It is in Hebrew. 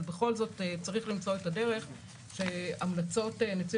אבל בכל זאת צריך למצוא את הדרך שהמלצות נציב